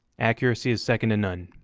accuracy is second to none.